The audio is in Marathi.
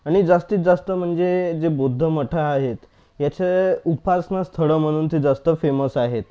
आणि जास्तीत जास्त म्हणजे जे बौद्ध मठ आहेत याचे उपासना स्थळं म्हणून ते जास्त फेमस आहेत